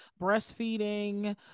breastfeeding